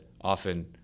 often